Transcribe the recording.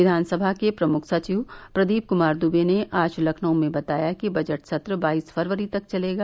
विधानसभा के प्रमुख सचिव प्रदीप कुमार दुबे ने आज लखनऊ में बताया कि बजट सत्र बाईस फरवरी तक चलेगा